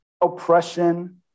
oppression